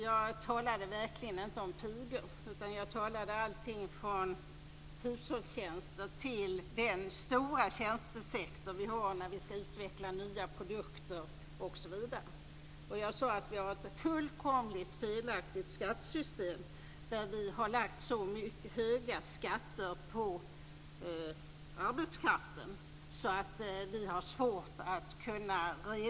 Jag resonerade verkligen inte om pigor utan om allting från hushållstjänster till den stora tjänstesektor som vi har för utveckling av nya produkter osv. Jag skrev att vi har ett fullständigt felaktigt skattesystem, där vi lägger så höga skatter på arbetskraften att vi har svårt att reda oss.